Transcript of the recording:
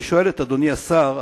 אני שואל את אדוני השר,